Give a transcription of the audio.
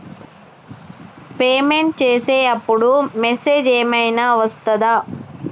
Payment చేసే అప్పుడు message ఏం ఐనా వస్తదా?